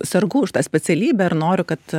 sergu už tą specialybę ir noriu kad